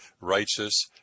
righteous